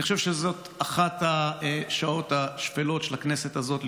אני חושב שזאת אחת השעות השפלות של הכנסת הזאת,